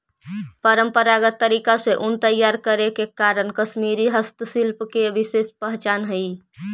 परम्परागत तरीका से ऊन तैयार करे के कारण कश्मीरी हस्तशिल्प के विशेष पहचान हइ